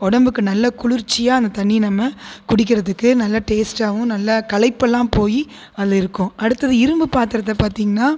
உடம்புக்கு நல்லா குளிர்ச்சியாக அந்த தண்ணியை நம்ம குடிக்கிறதுக்கு நல்ல டேஸ்டாவும் நல்ல களைப்புல்லாம் போய் அதில் இருக்கும் அடுத்தது இரும்பு பாத்திரத்தை பார்த்தீங்கன்னா